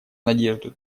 надежду